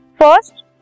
First